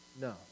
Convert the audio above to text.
No